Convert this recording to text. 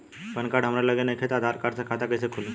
Pan card हमरा लगे नईखे त आधार कार्ड से खाता कैसे खुली?